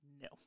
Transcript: No